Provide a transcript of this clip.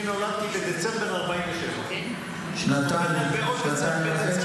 אני נולדתי בדצמבר 1947. שנתיים, שנתיים וחצי.